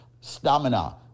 stamina